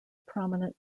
prominent